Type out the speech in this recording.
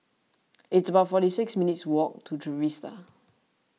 it's about forty six minutes' walk to Trevista